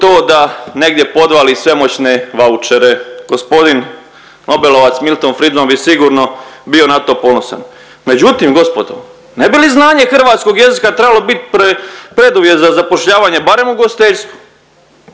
to da negdje podvali svemoćne vaučere. Gospodin nobelovac Milton Friedman bi sigurno bio na to ponosan. Međutim gospodo ne bi li znanje hrvatskog jezika trebalo bit preduvjet za zapošljavanje barem u ugostiteljstvu.